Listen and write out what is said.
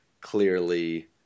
clearly